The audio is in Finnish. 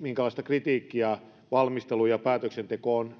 minkälaista kritiikkiä valmistelu ja päätöksenteko ovat